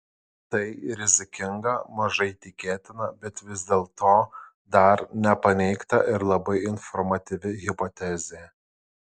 tai rizikinga mažai tikėtina bet vis dėlto dar nepaneigta ir labai informatyvi hipotezė